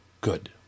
Good